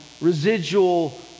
residual